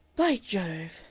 by jove!